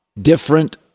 different